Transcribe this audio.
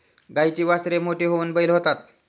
गाईची वासरे मोठी होऊन बैल होतात